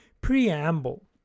Preamble